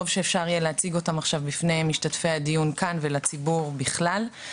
טוב שאפשר יהיה להציג אותם עכשיו בפני משתתפי הדיון כאן ולציבור בכלל.